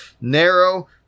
Narrow